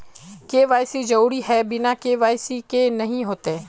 KYC जरुरी है बिना के.वाई.सी के नहीं होते?